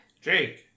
Jake